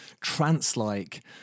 trance-like